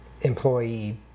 employee